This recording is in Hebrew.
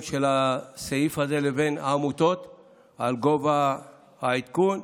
של הסעיף הזה לבין העמותות על גובה העדכון.